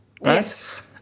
Yes